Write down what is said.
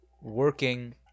working